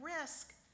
risk